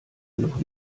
noch